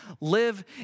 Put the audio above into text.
Live